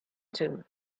two